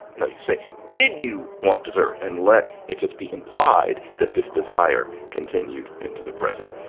no, you say. did you want dessert? and let it just be implied that this desire continued into the present.